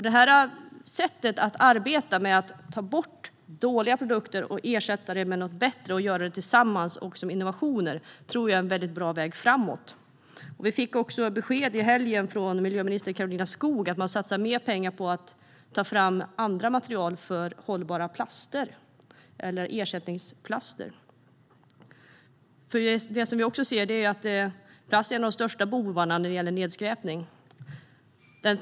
Detta sätt att arbeta, att ta bort dåliga produkter och ersätta dem med något bättre och att göra det tillsammans och som innovationer, tror jag är en väldigt bra väg framåt. Vi fick också i helgen besked från miljöminister Karolina Skog om att man satsar mer pengar på att ta fram andra material för hållbara plaster eller ersättningsplaster. Vi ser ju att plast är en av de största bovarna när det gäller nedskräpning.